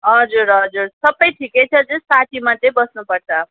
हजुर हजुर सबै ठिकै छ त्यो साथी मात्रै बस्नुपर्छ